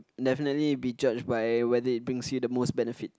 definitely be judged by whether it brings you the most benefit